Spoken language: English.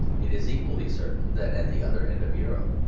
it is equally certain that at the other end of europe,